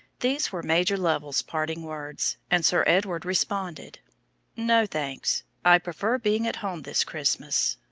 these were major lovell's parting words, and sir edward responded no, thanks i prefer being at home this christmas.